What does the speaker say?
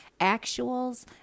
Actuals